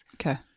Okay